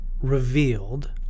revealed